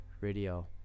Radio